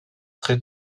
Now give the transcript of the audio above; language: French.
très